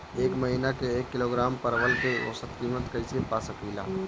एक महिना के एक किलोग्राम परवल के औसत किमत कइसे पा सकिला?